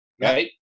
Right